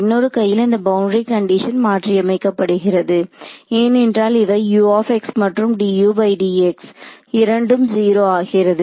இன்னொரு கையில் இந்த பவுண்டரி கண்டிஷன் மாற்றியமைக்கப்படுகிறது ஏனென்றால் இவை மற்றும் இரண்டும் 0 ஆகிறது